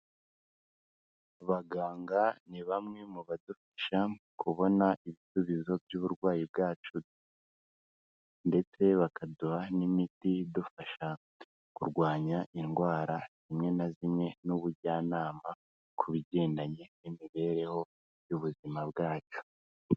Abaganga ni bamwe mu badufasha kubona ibisubizo by'uburwayi bwacu ndetse bakaduha n'imiti idufasha kurwanya indwara zimwe na zimwe n'ubujyanama ku bigendanye n'imibereho y'ubuzima bwacu.